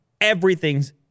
Everything's